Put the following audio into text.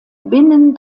binnen